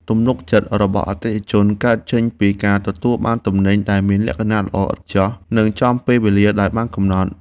ទំនុកចិត្តរបស់អតិថិជនកើតចេញពីការទទួលបានទំនិញដែលមានលក្ខណៈល្អឥតខ្ចោះ និងចំពេលវេលាដែលបានកំណត់។